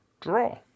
draw